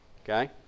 Okay